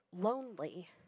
lonely